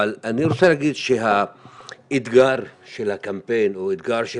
אבל אני רוצה להגיד שהאתגר של הקמפיין או האתגר של